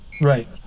Right